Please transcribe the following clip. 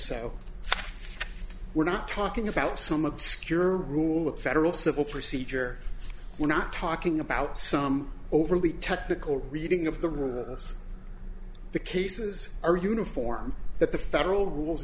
so we're not talking about some obscure rule of federal civil procedure we're not talking about some overly technical reading of the rules the cases are uniform that the federal rules